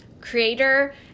creator